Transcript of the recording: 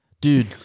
dude